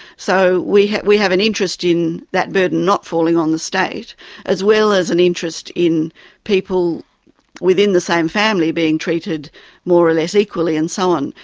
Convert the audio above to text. so we have we have an interest in that burden not falling on the state as well as an interest in people within the same family being treated more or less equally and so on.